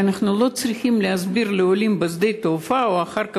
ואנחנו לא צריכים להסביר לעולים בשדה התעופה או אחר כך,